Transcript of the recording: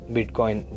Bitcoin